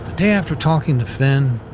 day after talking to finn,